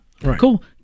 Cool